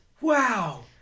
Wow